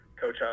Coach